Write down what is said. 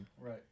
Right